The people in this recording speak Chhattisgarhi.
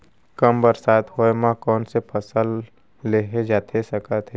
कम बरसात होए मा कौन से फसल लेहे जाथे सकत हे?